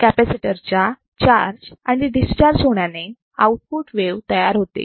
capacitor च्या charge आणि discharge होण्याने आउटपुट वेव तयार होते